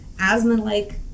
asthma-like